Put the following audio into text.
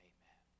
Amen